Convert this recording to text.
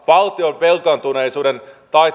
valtion velkaantuneisuuden